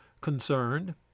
concerned